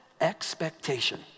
expectation